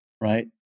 right